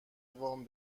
وام